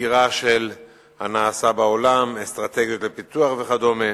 סקירה של הנעשה בעולם, אסטרטגיה לפיתוח וכדומה.